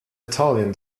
italian